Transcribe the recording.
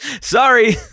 Sorry